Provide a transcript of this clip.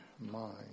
mind